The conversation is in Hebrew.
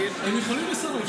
הם יכולים לסרב.